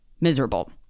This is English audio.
miserable